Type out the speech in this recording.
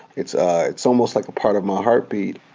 it's ah it's almost, like, a part of my heartbeat.